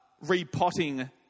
repotting